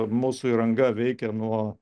mūsų įranga veikia nuo